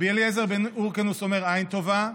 רבי אליעזר בן הורקנוס אומר עין טובה,